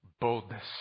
boldness